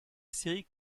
série